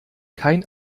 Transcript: kein